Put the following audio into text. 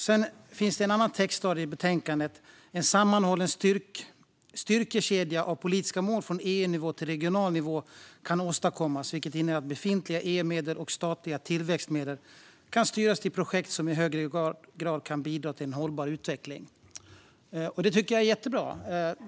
Det finns en annan textrad i förra årets betänkande: "en sammanhållen styrkedja av politiska mål från EU-nivå till regional nivå kan åstadkommas, vilket innebär att befintliga EU-medel och statliga tillväxtmedel kan styras till projekt som i högre grad kan bidra till hållbar utveckling". Detta tycker jag är jättebra.